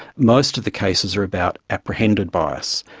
most of the cases are about apprehended bias.